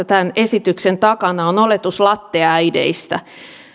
tämän esityksen takana on oletus latteäideistä